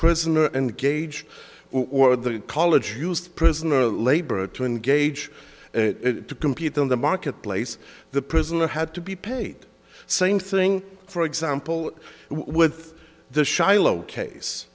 prisoner engage or the college used prisoner labor to engage it to compete in the marketplace the prisoner had to be paid same thing for example with the